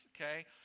okay